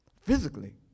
physically